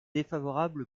défavorable